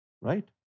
right